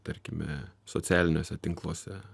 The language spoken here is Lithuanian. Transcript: tarkime socialiniuose tinkluose